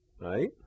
Right